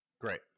Great